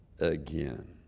again